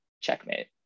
checkmate